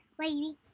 lady